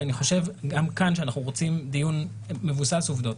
כי אני חושב גם כאן שאנחנו רוצים דיון מבוסס עובדות.